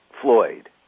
Floyd